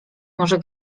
może